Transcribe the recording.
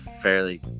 fairly